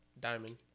Diamond